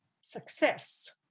success